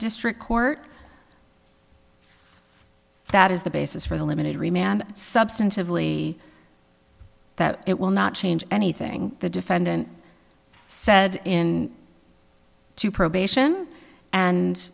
district court that is the basis for the limited remain and substantively that it will not change anything the defendant said in to probation and